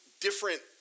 different